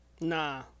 Nah